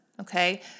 okay